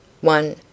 One